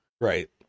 right